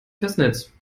festnetz